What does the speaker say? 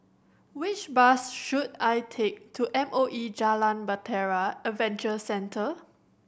which bus should I take to M O E Jalan Bahtera Adventure Centre